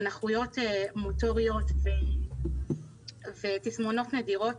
נכויות מוטוריות ותסמונות נדירות